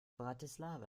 bratislava